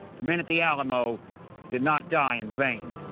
the men at the alamo did not die in vain.